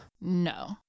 No